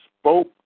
spoke